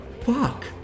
fuck